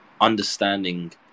Understanding